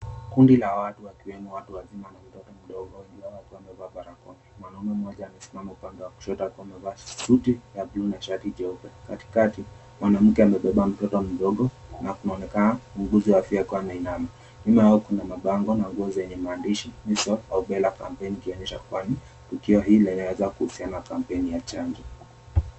Kuna la watu wengi, watu wazima na mtoto mdogo na watu waliovaa barakoa. Mwanaume mmoja amesimama upande wa kushoto akiwa amevaa suti ya buluu na shati jeupe. Katikati mwanamke amebeba mtoto mdogo na kunaonekana muuguzi wa afya akiwa ameinama. Nyuma yao kuna mabango na nguo zenye mahandishi, "Measles and Rubella Campaign," likionyesha kwani tukio hii linaweza kuhusiana na kampeni ya chanjo.